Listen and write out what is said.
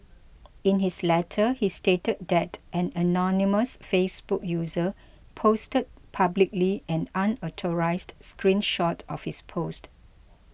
in his letter he stated that an anonymous Facebook user posted publicly an unauthorised screen shot of his post